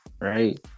Right